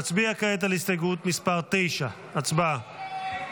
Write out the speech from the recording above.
כעת נצביע על הסתייגות מס' 8. הצבעה.